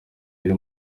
biri